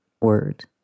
word